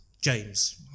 James